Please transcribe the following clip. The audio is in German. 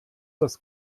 das